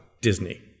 Disney